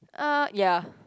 uh ya